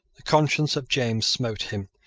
the conscience of james smote him.